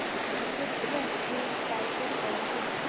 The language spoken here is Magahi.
प्रत्यक्ष कर एक टाइपेर कर छिके